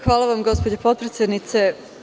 Hvala vam, gospođo potpredsednice.